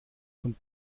von